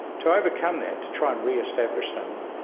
to overcome that, to try and re-establish them,